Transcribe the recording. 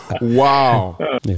wow